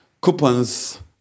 coupons